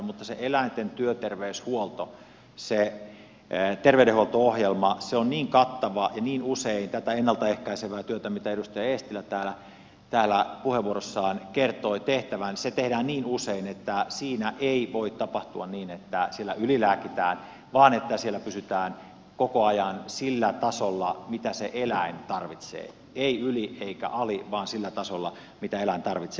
mutta se eläinten työterveyshuolto se terveydenhuolto ohjelma se on niin kattava ja tätä ennalta ehkäisevää työtä mitä edustaja eestilä täällä puheenvuorossaan kertoi tehtävän tehdään niin usein että siinä ei voi tapahtua niin että siellä ylilääkitään vaan siellä pysytään koko ajan sillä tasolla mitä se eläin tarvitsee ei yli eikä ali vaan sillä tasolla mitä eläin tarvitsee